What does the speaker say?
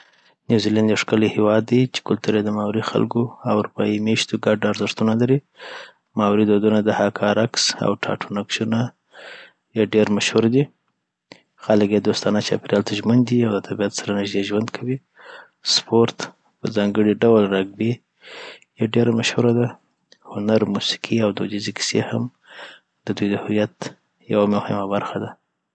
نیوزیلنډ یو ښکلی هیواد دی چې کلتور یې د ماؤري خلکو او اروپایي مېشتو ګډ ارزښتونه لري. ماؤري دودونه، د هاکا رقص، او ټاټو نقشونه یی ډېر مشهور دي. خلک یې دوستانه، چاپېریال ته ژمن، او د طبیعت سره نږدې ژوند کوي. سپورت، په ځانګړي ډول راګبي یی، ډېر مشهوره ده. هنر، موسیقي، او دودیزې کیسې هم د دوی د هویت یوه مهمه برخه ده